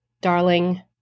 darling